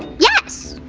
yes!